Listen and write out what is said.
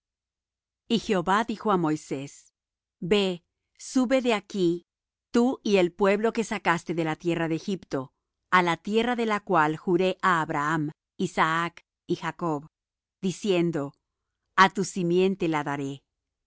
y jehova dijo á moisés ve sube de aquí tú y el pueblo que sacaste de la tierra de egipto á la tierra de la cual juré á abraham isaac y jacob diciendo a tu simiente la daré